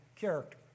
character